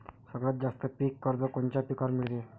सगळ्यात जास्त पीक कर्ज कोनच्या पिकावर मिळते?